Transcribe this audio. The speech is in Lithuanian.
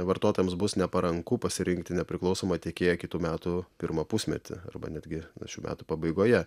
vartotojams bus neparanku pasirinkti nepriklausomą tiekėją kitų metų pirmą pusmetį arba netgi na šių metų pabaigoje